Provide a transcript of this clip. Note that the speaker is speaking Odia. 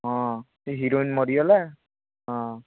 ହଁ ସେ ହିରୋଇନ୍ ମରି ଗଲା ହଁ